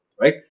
right